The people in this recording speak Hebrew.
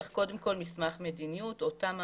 צריך קודם כל מסמך מדיניות או תמ"א